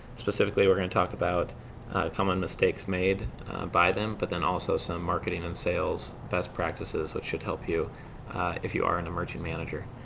specifically we re going to talk about common mistakes made by them but then also some marketing and sales best practices which should help you if you are an emerging manger.